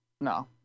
No